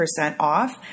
off